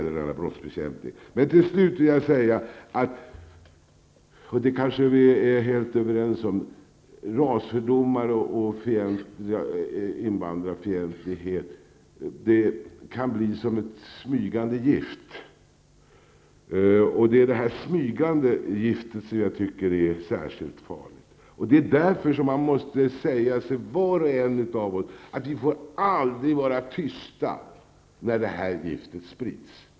Till slut vill jag säga, och det kanske vi är helt överens om, att rasfördomar och invandrarfientlighet är som ett smygande gift. Det är det smygande giftet som jag tycker är särskilt farligt. Det är därför vi, var och en av oss, måste säga att vi aldrig får vara tysta när det här giftet sprids.